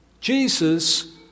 Jesus